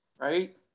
right